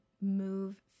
move